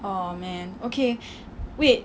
oh man okay wait